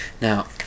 now